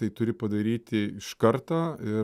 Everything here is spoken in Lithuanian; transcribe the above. tai turi padaryti iš karto ir